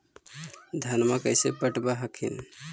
धन्मा कैसे पटब हखिन?